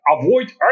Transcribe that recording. avoid